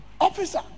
officer